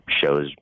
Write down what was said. shows